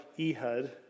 Ehud